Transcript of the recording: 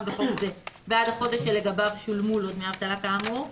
בחוק זה בעד החודש שלגביו שולמו לו דמי אבטלה כאמור,